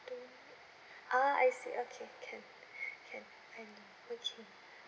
ah I see okay can can can okay